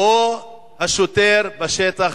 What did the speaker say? או השוטר בשטח,